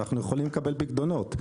אנחנו יכולים לקבל פיקדונות,